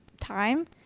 time